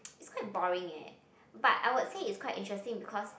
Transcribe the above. is quite boring eh but I would say is quite interesting because